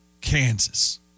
Kansas